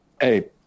Hey